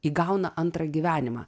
įgauna antrą gyvenimą